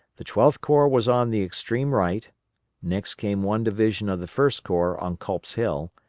the twelfth corps was on the extreme right next came one division of the first corps on culp's hill,